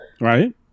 Right